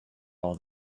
all